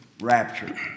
rapture